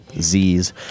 z's